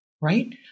right